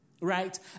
right